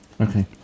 Okay